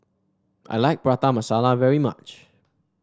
I like Prata Masala very much